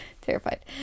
terrified